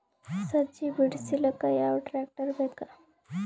ಸಜ್ಜಿ ಬಿಡಿಸಿಲಕ ಯಾವ ಟ್ರಾಕ್ಟರ್ ಬೇಕ?